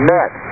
Net